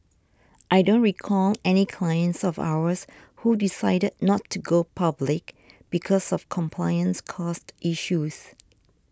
I don't recall any clients of ours who decided not to go public because of compliance costs issues